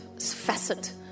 facet